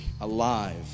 Alive